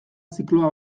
zikloa